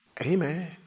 Amen